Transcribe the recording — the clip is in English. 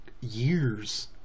years